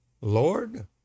Lord